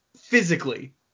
physically